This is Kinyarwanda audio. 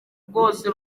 rwose